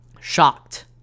shocked